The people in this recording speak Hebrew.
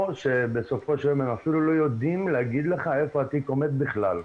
או שבסופו של יום הם אפילו לא יודעים להגיד לך איפה עומד התיק בכלל.